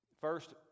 first